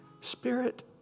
Spirit